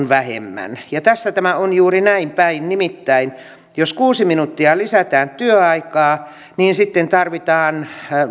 vähemmän tässä tämä on juuri näin päin nimittäin jos kuusi minuuttia lisätään työaikaa niin sitten tarvitaan